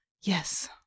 Yes